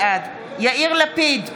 בעד יאיר לפיד,